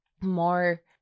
more